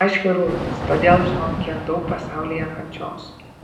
aš chirurgas todėl žinau kiek daug pasaulyje kančios